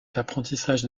l’apprentissage